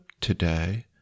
today